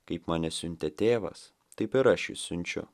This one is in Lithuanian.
kaip mane siuntė tėvas taip ir aš jus siunčiu